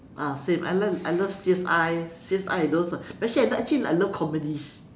ah same I love I love C_S_I C_S_I those ah actually actually I love comedies